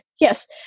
yes